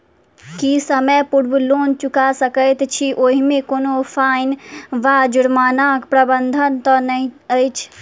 की समय पूर्व लोन चुका सकैत छी ओहिमे कोनो फाईन वा जुर्मानाक प्रावधान तऽ नहि अछि?